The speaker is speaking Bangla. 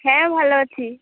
হ্যাঁ ভালো আছি